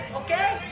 okay